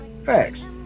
Facts